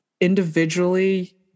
individually